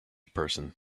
person